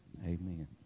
Amen